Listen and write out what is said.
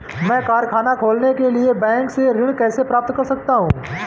मैं कारखाना खोलने के लिए बैंक से ऋण कैसे प्राप्त कर सकता हूँ?